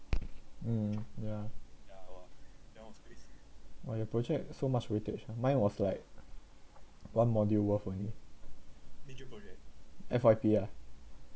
um yeah !wah! your project so much weightage ah mine was like one module worth only F_Y_P ah